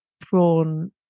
prawn